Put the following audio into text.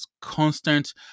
constant